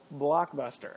Blockbuster